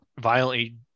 violently